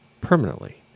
permanently